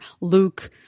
Luke